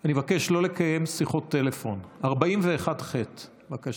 אני מבקש לא לקיים שיחות טלפון, 41(ח) בבקשה.